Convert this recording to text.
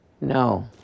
No